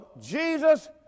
Jesus